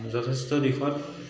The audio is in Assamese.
যথেষ্ট দিশত